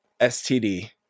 STD